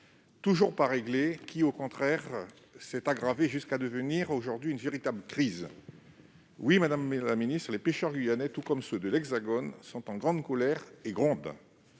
toujours pas réglé et qui, au contraire, s'est aggravé jusqu'à devenir aujourd'hui une véritable crise. Oui, les pêcheurs guyanais, tout comme ceux de l'Hexagone, sont en grande colère et grondent.